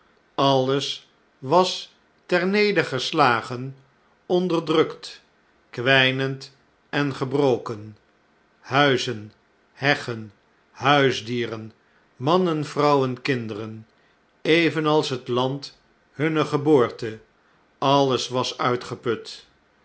alles was ternedergeslagen onderdrukt kwijnend en gebroken huizen heggen huisdieren mannen vrouwen kinderen evenals het land hunner geboorte alles was uitgeput